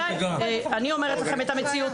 אני אומרת לכם את המציאות.